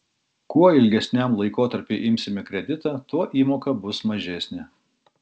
kuo ilgesniam laikotarpiui imsime kreditą tuo įmoka bus mažesnė